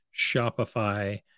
Shopify